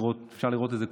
אפשר לראות את זה,